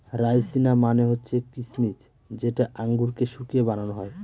রাইসিনা মানে হচ্ছে কিসমিস যেটা আঙুরকে শুকিয়ে বানানো হয়